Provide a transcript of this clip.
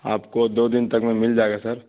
آپ کو دو دن تک میں مل جائے گا سر